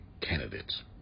candidates